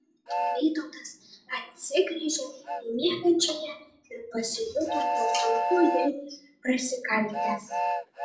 vytautas atsigręžė į miegančiąją ir pasijuto tartum kuo jai prasikaltęs